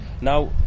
now